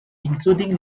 including